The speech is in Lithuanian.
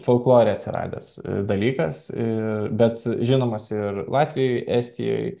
folklore atsiradęs dalykas ir bet žinomas ir latvijoj estijoj